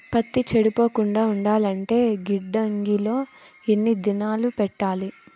పత్తి చెడిపోకుండా ఉండాలంటే గిడ్డంగి లో ఎన్ని దినాలు పెట్టాలి?